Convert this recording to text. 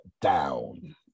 down